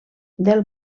del